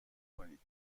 کنید